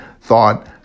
thought